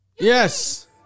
Yes